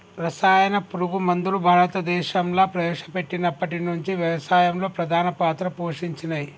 రసాయన పురుగు మందులు భారతదేశంలా ప్రవేశపెట్టినప్పటి నుంచి వ్యవసాయంలో ప్రధాన పాత్ర పోషించినయ్